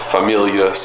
Familia